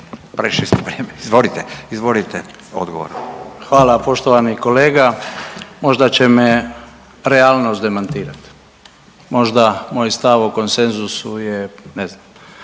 …prešli ste vrijeme. Izvolite, izvolite odgovor. **Stier, Davor Ivo (HDZ)** Hvala. Poštovani kolega, možda će me realnost demantirati, možda moj stav o konsenzusu je, ne znam,